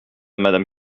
madame